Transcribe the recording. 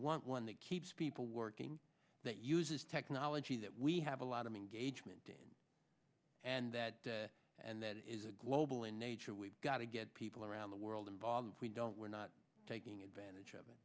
want one that keeps people working that uses technology that we have a lot of engagement in and that and that is a global in nature we've got to get people around the world involved we don't we're not taking advantage of it